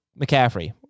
McCaffrey